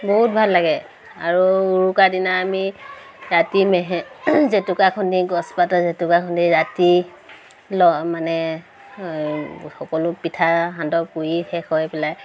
বহুত ভাল লাগে আৰু উৰুকাৰ দিনা আমি ৰাতি জেতুকা খুন্দি গছপাতৰ জেতুকা খুন্দি ৰাতি লওঁ মানে এই সকলো পিঠা সান্দহ পুৰি শেষ হৈ পেলাই